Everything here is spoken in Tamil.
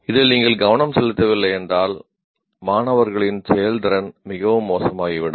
இதில் நீங்கள் கவனம் செலுத்தவில்லை என்றால் மாணவர்களின் செயல்திறன் மிகவும் மோசமாகிவிடும்